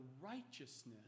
righteousness